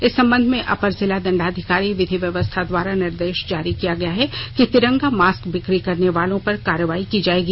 इस संबंध में अपर जिला दंडाधिकारी विधि व्यवस्था द्वारा निर्देश जारी किया गया है कि तिरंगा मास्क बिकी करने वालों पर कार्रवाई की जायेगी